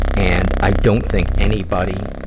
and i don't think anybody